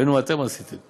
ראינו מה אתם עשיתם.